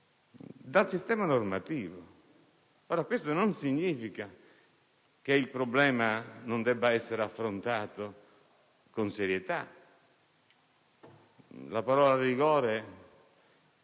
dal sistema normativo. Questo non significa che il problema non debba essere affrontato con serietà. La parola rigore